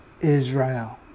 Israel